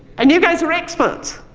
and you guys are experts,